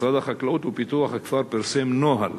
3. משרד החקלאות ופיתוח הכפר פרסם נוהל